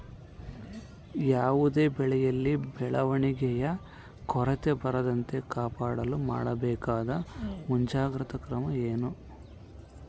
ಯಾವುದೇ ಬೆಳೆಯಲ್ಲಿ ಬೆಳವಣಿಗೆಯ ಕೊರತೆ ಬರದಂತೆ ಕಾಪಾಡಲು ಮಾಡಬೇಕಾದ ಮುಂಜಾಗ್ರತಾ ಕ್ರಮ ಏನು?